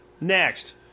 Next